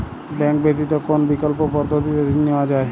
Bank ব্যতিত কোন বিকল্প পদ্ধতিতে ঋণ নেওয়া যায়?